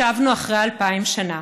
שבנו אחרי אלפיים שנה,